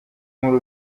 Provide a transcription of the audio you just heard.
muri